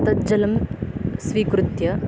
तज्जलं स्वीकृत्य